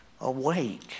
awake